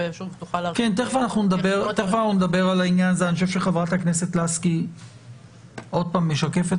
אני חושב שחברת הכנסת לסקי עוד פעם משקפת